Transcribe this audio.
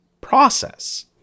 process